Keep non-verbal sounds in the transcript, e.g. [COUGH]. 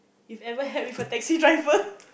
you've ever had with a taxi driver [LAUGHS]